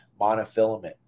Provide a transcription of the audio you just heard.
monofilament